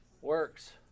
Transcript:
Works